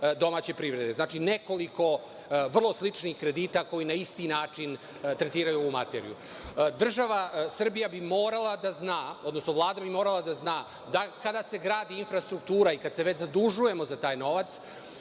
domaće privrede. Znači, nekoliko vrlo sličnih kredita koji na isti način tretiraju ovu materiju. Država Srbija bi morala da zna, odnosno Vlada bi morala da zna da kada se gradi infrastruktura i kad se već zadužujemo za taj novac,